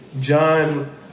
John